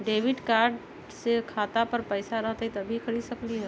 Debit card से खाता पर पैसा रहतई जब ही खरीद सकली ह?